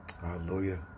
hallelujah